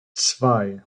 zwei